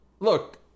Look